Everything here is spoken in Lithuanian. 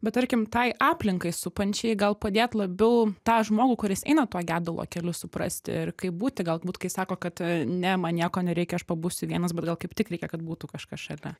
bet tarkim tai aplinkai supančiai gal padėt labiau tą žmogų kuris eina to gedulo keliu suprasti ir kaip būti galbūt kai sako kad ne man nieko nereikia aš pabūsiu vienas bet gal kaip tik reikia kad būtų kažkas šalia